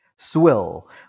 Swill